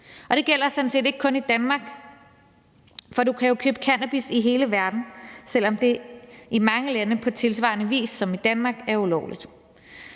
og det gælder sådan set ikke kun i Danmark. For du kan jo købe cannabis i hele verden, selv om det i mange lande på tilsvarende vis som i Danmark er ulovligt.